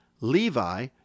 Levi